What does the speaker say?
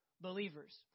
believers